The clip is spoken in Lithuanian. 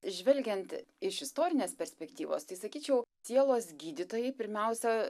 žvelgiant į iš istorinės perspektyvos tai sakyčiau sielos gydytojai pirmiausia